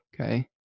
okay